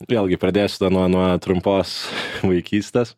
vėlgi pradėsiu tada nuo nuo trumpos vaikystės